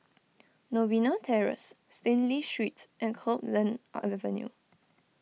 Novena Terrace Stanley Street and Copeland Avenue